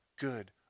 good